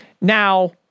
now